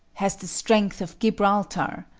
has the strength of gibraltar,